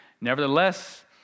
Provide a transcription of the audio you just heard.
Nevertheless